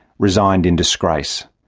resigned in disgrace.